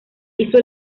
hizo